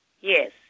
Yes